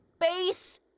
Base